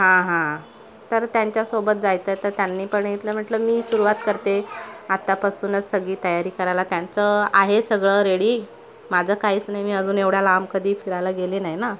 हां हां तर त्यांच्यासोबत जायचं आहे तर त्यांनी पण इथलं म्हटलं मी सुरुवात करते आत्तापासूनच सगळी तयारी करायला त्यांचं आहे सगळं रेडी माझं काहीच नाही मी अजून एवढ्या लांब कधी फिरायला गेले नाही ना